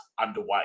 underway